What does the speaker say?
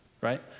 right